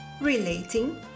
relating